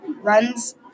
runs